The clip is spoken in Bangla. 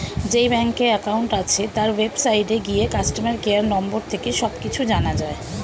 যেই ব্যাংকে অ্যাকাউন্ট আছে, তার ওয়েবসাইটে গিয়ে কাস্টমার কেয়ার নম্বর থেকে সব কিছু জানা যায়